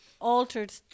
altered